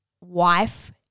wife